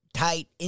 tight